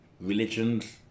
religions